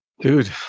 Dude